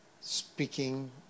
speaking